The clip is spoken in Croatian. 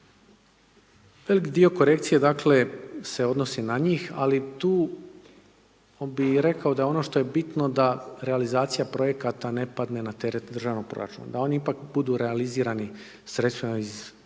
Velik dio korekcije se odnosi na njih, ali tu bih rekao, da ono što je bitno da realizacija projekata ne padne na teret državnog proračuna, da oni butu ipak realizirani sredstvima iz